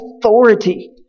authority